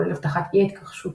כולל הבטחת אי התכחשות